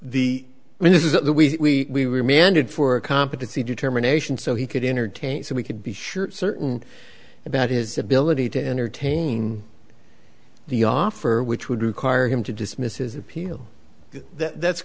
that we were mandated for a competency determination so he could entertain so we could be sure certain about his ability to entertain the offer which would require him to dismiss his appeal that's